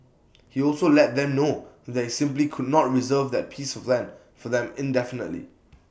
he also let them know that he simply could not reserve that piece of land for them indefinitely